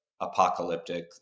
apocalyptic